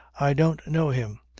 i don't know him.